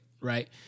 right